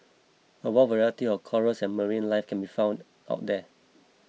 a wide variety of corals and marine life can be found of there